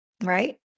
Right